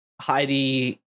Heidi